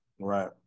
right